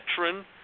veteran